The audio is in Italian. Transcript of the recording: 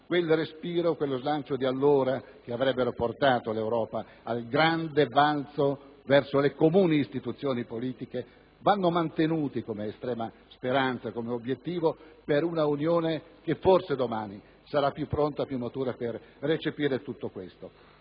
quel respiro e quello slancio di allora, che avrebbero portato l'Europa al grande balzo verso le comuni istituzioni politiche, vanno mantenuti come estrema speranza, come obiettivo per un'Unione che forse domani sarà più pronta e matura per recepire tutto questo.